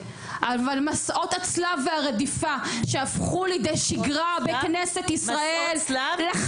אבל מסעות הצלב והרדיפה שהפכו לידי שגרה בכנסת ישראל,